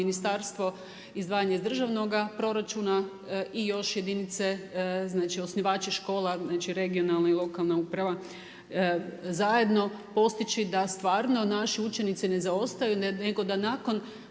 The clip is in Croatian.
ministarstvo izdvajanje iz državnoga proračuna i još jedinice, znači osnivači škola, znači regionalna i lokalna uprava zajedno postići da stvarno naši učenici ne zaostaju, nego da nakon